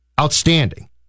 outstanding